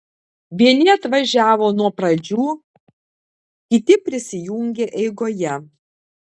vieni atvažiavo nuo pradžių kiti prisijungė eigoje